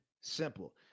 simple